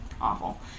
awful